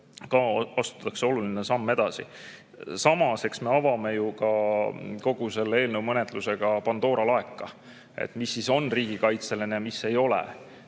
ka astutakse oluline samm edasi. Samas, eks me avame ju ka kogu selle eelnõu menetlusega Pandora laeka, et mis siis on riigikaitseline, mis ei ole.